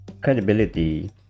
credibility